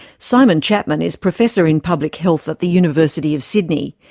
simon chapman is professor in public health at the university of sydney.